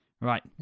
Right